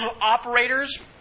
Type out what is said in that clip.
Operators